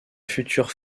future